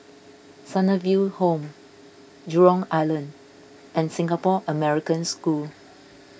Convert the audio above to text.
Sunnyville Home Jurong Island and Singapore American School